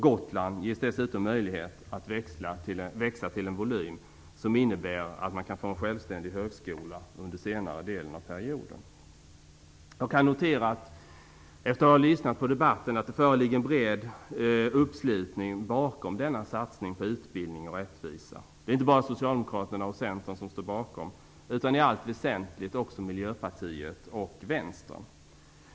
Gotland ges dessutom möjlighet att växa till en volym som innebär att Gotland kan få en självständig högskola under senare delen av perioden. Jag kan, efter att ha lyssnat på debatten, notera att det föreligger en bred uppslutning bakom denna satsning på utbildning och rättvisa. Inte bara Socialdemokraterna och Centern står bakom utan i allt väsentligt också Miljöpartiet och Vänstern.